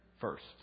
first